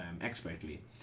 expertly